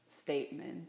statement